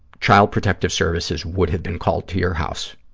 child protective services would have been called to your house,